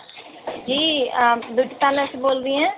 جی beauty parlour سے بول رہی ہیں